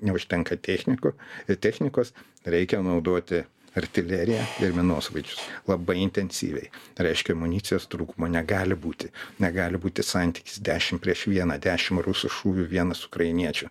neužtenka technikų ir technikos reikia naudoti artileriją ir minosvaidžius labai intensyviai reiškia amunicijos trūkumo negali būti negali būti santykis dešim prieš vieną dešim rusų šūvių vienas ukrainiečių